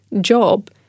job